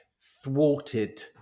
thwarted